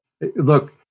Look